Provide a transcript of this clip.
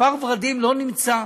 כפר ורדים לא נמצא